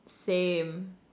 same